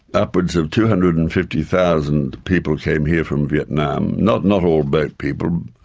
upwards of two hundred and fifty thousand people came here from vietnam, not not all boat people,